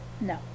No